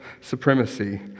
supremacy